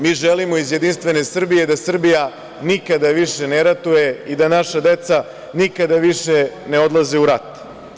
Mi želimo iz Jedinstvene Srbije da Srbija nikada više ne ratuje i da naša deca nikada više ne odlaze u rat.